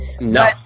No